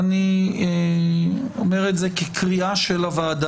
ואני אומר את זה כקריאה של הוועדה,